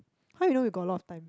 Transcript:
how you know you got a lot of time